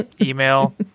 email